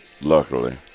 Luckily